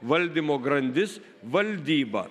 valdymo grandis valdyba